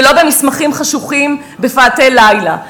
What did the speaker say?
ולא במסמכים חשוכים בפאתי לילה,